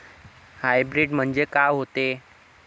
Hybrid म्हनजे का होते?